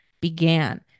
began